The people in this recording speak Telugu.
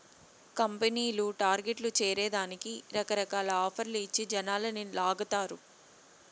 కంపెనీలు టార్గెట్లు చేరే దానికి రకరకాల ఆఫర్లు ఇచ్చి జనాలని లాగతారు